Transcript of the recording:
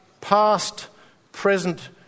past-present